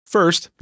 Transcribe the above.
First